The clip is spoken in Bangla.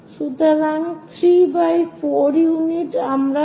সুতরাং 3 4 ইউনিট আমরা নির্মাণ করতে যাচ্ছি